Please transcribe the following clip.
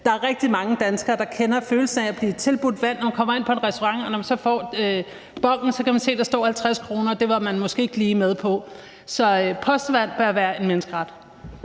der er rigtig mange danskere, der kender følelsen af at blive tilbudt vand, når man kommer ind på en restaurant, og når man så får bonen, kan man se, at der står 50 kr., og det var man måske ikke lige med på. Så postevand bør være en menneskeret.